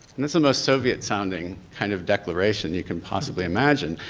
and it's the most soviet sounding kind of declaration you can possibly imagine.